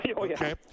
Okay